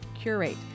curate